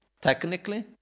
Technically